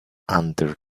under